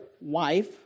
wife